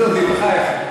דודי, בחייך.